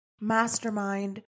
mastermind